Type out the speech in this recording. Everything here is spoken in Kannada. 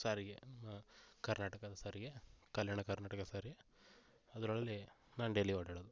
ಸಾರಿಗೆ ಕರ್ನಾಟಕದ ಸಾರಿಗೆ ಕಲ್ಯಾಣ ಕರ್ನಾಟಕ ಸಾರಿಗೆ ಅದರಲ್ಲಿ ನಾನು ಡೈಲಿ ಓಡಾಡೋದು